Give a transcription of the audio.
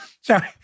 sorry